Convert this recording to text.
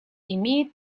имеет